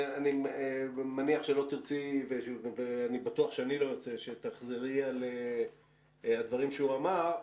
אני מניח שלא תרצי ואני בטוח שאני לא ארצה שתחזרי על הדברים שהוא אמר,